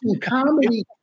comedy